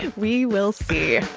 and we will see